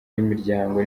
y’imiryango